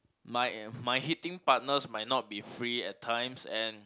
my my hitting partners might not be free at times and